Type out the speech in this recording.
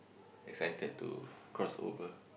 excited to crossover